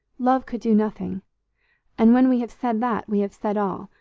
love could do nothing and when we have said that we have said all,